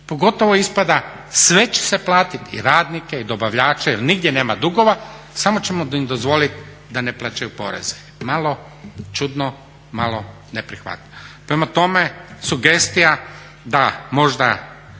Pogotovo ispada sve će se platiti i radnike, i dobavljače jer nigdje nema dugova samo ćemo im dozvoliti da ne plaćaju poreze. Malo čudno, malo neprihvatljivo. Prema tome, sugestija da možda